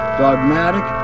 dogmatic